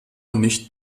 nicht